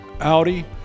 Audi